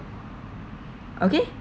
okay